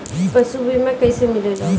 पशु बीमा कैसे मिलेला?